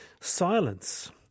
Silence